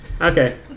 Okay